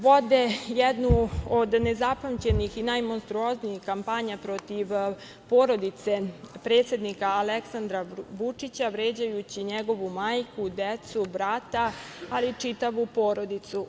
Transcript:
Vode jednu od nezapamćenih i najmonstruoznijih kampanja protiv porodice predsednika Aleksandra Vučića vređajući njegovu majku, decu, brata, ali i čitavu porodicu.